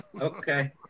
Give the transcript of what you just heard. Okay